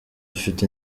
ufite